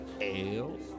ale